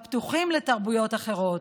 הפתוחים לתרבויות אחרות,